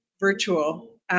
virtual